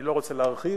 אני לא רוצה להרחיב.